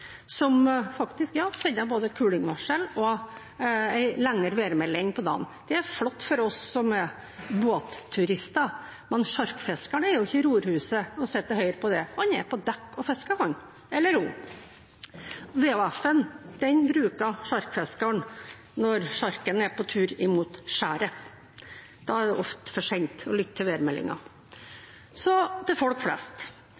som faktisk sender både kulingvarsel og en lengre værmelding på dagen. Det er flott for oss som er båtturister. Men sjarkfiskeren sitter ikke i rorhuset og hører på den, han eller hun er på dekk og fisker. VHF-en bruker sjarkfiskeren når sjarken er på tur imot skjæret. Da er det ofte for sent å lytte til værmeldingen. Så til folk flest: